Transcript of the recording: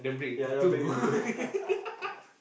ya ya break into two